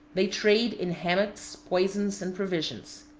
they trade in hammocks, poisons, and provisions.